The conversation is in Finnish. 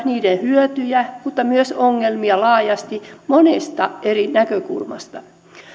niiden hyötyjä mutta myös ongelmia laajasti monesta eri näkökulmasta